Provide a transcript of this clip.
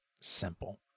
simple